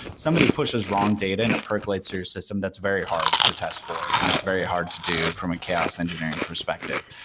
somebody pushed this wrong data and it percolates through system. that's very hard to test for and it's very hard to do from a chaos engineering perspective.